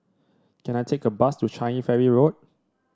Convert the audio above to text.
can I take a bus to Changi Ferry Road